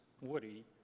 Woody